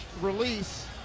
release